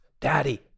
daddy